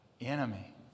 enemy